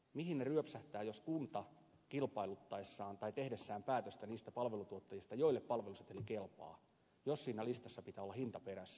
mihin ne ryöpsähtävät jos kunnan kilpailuttaessa tai tehdessä päätöstä niistä palveluntuottajista joille palveluseteli kelpaa siinä listassa pitää olla hinta perässä